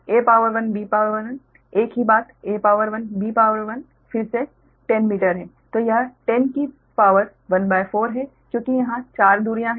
तो यह 10 की शक्ति ¼ है क्योंकि यहाँ 4 दूरियां हैं